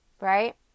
right